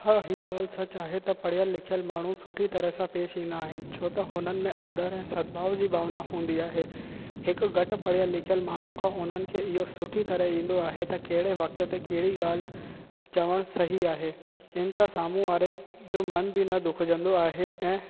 हा ही ॻाल्हि सच आहे त पढ़ियल लिखियल माण्हू सुठी तरह सां पेश ईंदा आहिनि छो त हुननि में आदर ऐं सदभाव जी भावना हूंदी आहे हिकु घटि पढ़ियल लिखियल माण्हू खां उन्हनि खे इहो सुठी तरह ईंदो आहे त कहिड़े वक़्त ते कहिड़ी ॻाल्हि चवणु सही आहे हिन सां साम्हूं वारे जो मन बि न दुखजंदो आहे ऐं